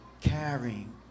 carrying